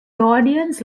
audience